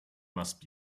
must